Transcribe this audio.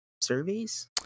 surveys